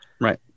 Right